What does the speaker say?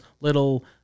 little